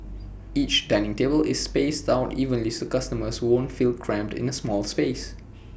each dining table is spaced out evenly so customers won't feel cramped in A small space